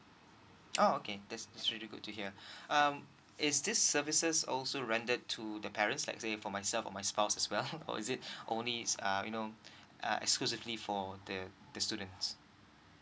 oh okay that's that's really good to hear um is this services also rendered to the parents like say for myself or my spouse as well or is it only is uh you know uh exclusively for the the students